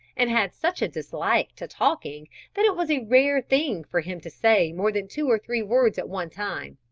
and had such a dislike to talking that it was a rare thing for him to say more than two or three words at one time.